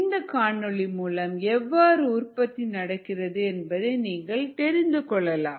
இந்த காணொளி மூலம் எவ்வாறு உற்பத்தி நடக்கிறது என்பதை தெரிந்து கொள்ளலாம்